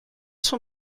son